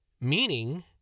meaning